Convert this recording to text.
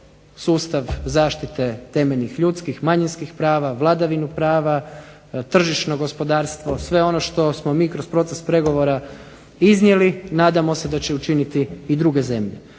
sustav zaštite temeljnih ljudskih manjinskih prava, vladavinu prava, tržišno gospodarstvo, sve ono što smo mi kroz proces pregovora iznijeli, nadamo se da će učiniti i druge zemlje.